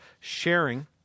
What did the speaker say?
sharing